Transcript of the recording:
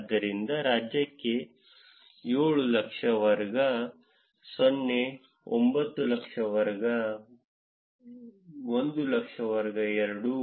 ಆದ್ದರಿಂದ ರಾಜ್ಯಕ್ಕೆ 700000 ವರ್ಗ 0 900000 ವರ್ಗ 100000 ವರ್ಗ 2 ಆಗಿದೆ